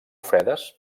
fredes